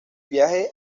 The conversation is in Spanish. viaje